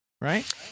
Right